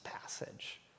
passage